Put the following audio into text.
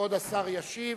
כבוד השר ישיב,